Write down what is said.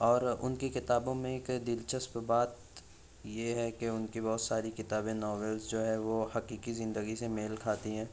اور ان کی کتابوں میں ایک دلچسپ بات یہ ہے کہ ان کی بہت ساری کتابیں ناولس جو ہے وہ حقیقی زندگی سے میل کھاتی ہیں